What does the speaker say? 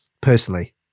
Personally